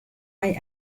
hay